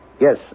Yes